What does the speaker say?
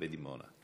בדימונה.